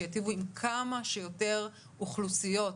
שייטיבו עם כמה שיותר אוכלוסיות.